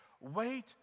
wait